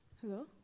hello